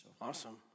Awesome